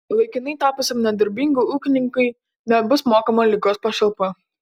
laikinai tapusiam nedarbingu ūkininkui nebus mokama ligos pašalpa